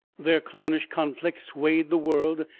their clownish conflicts swayed the world,